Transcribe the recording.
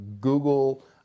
Google